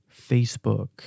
Facebook